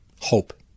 hope